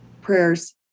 prayers